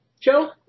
Joe